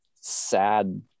sad